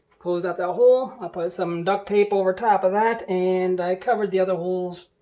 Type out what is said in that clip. closed up that hole. i put some duct tape over top of that, and i covered the other holes.